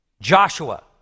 Joshua